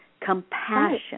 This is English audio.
Compassion